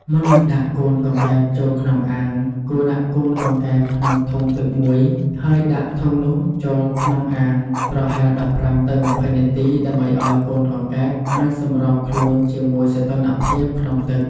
មុននឹងដាក់កូនកង្កែបចូលក្នុងអាង គួរដាក់កូនកង្កែបក្នុងធុងទឹកមួយ ហើយដាក់ធុងនោះចូលក្នុងអាងប្រហែល ១៥ ទៅ ២០ នាទី ដើម្បីឲ្យកូនកង្កែបអាចសម្របខ្លួនជាមួយសីតុណ្ហភាពក្នុងទឹក។